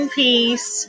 peace